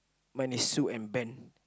mine is Sue and Ben